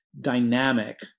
dynamic